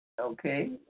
Okay